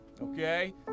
okay